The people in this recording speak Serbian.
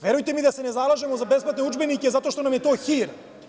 Verujte mi da se ne zalažemo za besplatne udžbenike zato što je to hir.